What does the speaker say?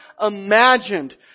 imagined